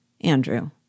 Andrew